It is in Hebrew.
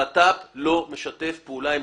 המשרד לביטחון פנים לא משתף פעולה עם